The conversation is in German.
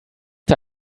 der